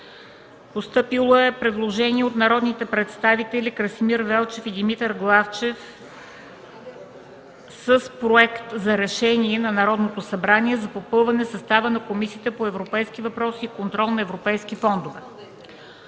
Постъпило е предложение от народните представители Красимир Велчев и Димитър Главчев – Проект за решение на Народното събрание за попълване състава на Комисията по европейските въпроси и контрол на европейските фондове.